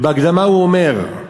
בהקדמה הוא אומר: